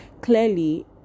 clearly